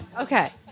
Okay